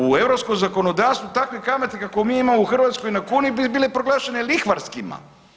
U europsko zakonodavstvo takve kamate kako mi imamo u Hrvatskoj na kuni bi bile proglašene lihvarskima.